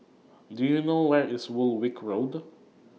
Do YOU know Where IS Woolwich Road